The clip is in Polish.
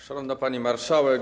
Szanowna Pani Marszałek!